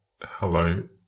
hello